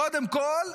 קודם כול,